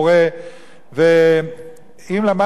ואם למדנו פרשת קורח,